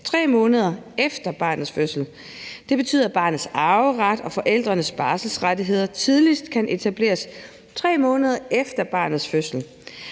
3 måneder efter barnets fødsel. Det betyder, at barnets arveret og forældrenes barselsrettigheder tidligst kan etableres 3 måneder efter barnets fødsel.